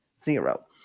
zero